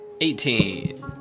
eighteen